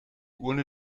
urne